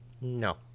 No